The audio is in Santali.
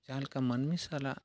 ᱡᱟᱦᱟᱸᱞᱮᱠᱟ ᱢᱟᱹᱱᱢᱤ ᱥᱟᱞᱟᱜ